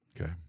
Okay